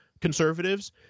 conservatives